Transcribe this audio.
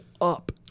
up